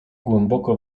głęboko